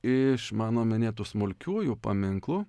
iš mano minėtų smulkiųjų paminklų